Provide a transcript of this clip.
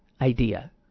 idea